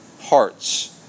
hearts